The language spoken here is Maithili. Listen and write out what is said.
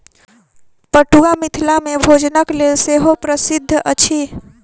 पटुआ मिथिला मे भोजनक लेल सेहो प्रसिद्ध अछि